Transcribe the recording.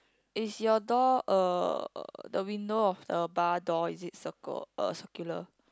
is your door uh the window of the bar door is it circle uh circular